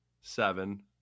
Seven